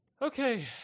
Okay